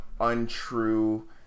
untrue